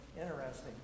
Interesting